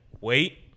Wait